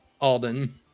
Alden